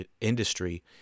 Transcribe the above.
industry